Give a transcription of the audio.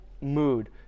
mood